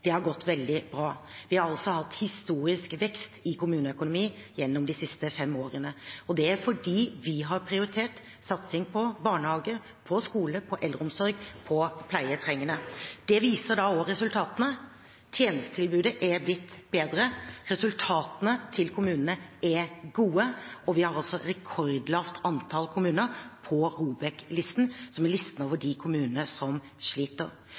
Det har gått veldig bra. Vi har hatt historisk vekst i kommuneøkonomien gjennom de siste fem årene. Det er fordi vi har prioritert satsing på barnehage, på skole, på eldreomsorg, på pleietrengende. Det viser også resultatene: Tjenestetilbudet er blitt bedre, kommunenes resultater er gode, og vi har et rekordlavt antall kommuner på ROBEK-listen, som er listen over de kommunene som sliter.